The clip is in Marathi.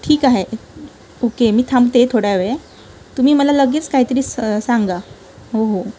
ठीक आहे ओके मी थांबते थोडा वेळ तुम्ही मला लगेच काहीतरी सं सांगा हो हो